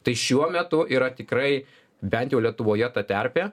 tai šiuo metu yra tikrai bent jau lietuvoje ta terpė